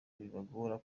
bibagora